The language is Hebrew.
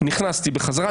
נכנסתי בחזרה,